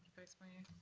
vice mayor.